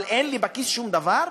אבל אין לי בכיס שום דבר?